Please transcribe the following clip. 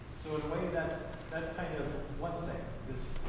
so in a way that's that's kind of one thing,